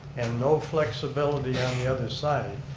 and no flexibility on the other side,